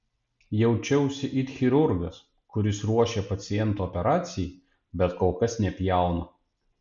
jaučiausi it chirurgas kuris ruošia pacientą operacijai bet kol kas nepjauna